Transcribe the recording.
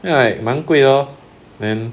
ya like 蛮贵的咯 then